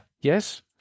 yes